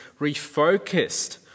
refocused